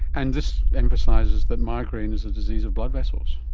and this emphasises that migraine is a disease of blood vessels.